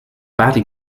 badly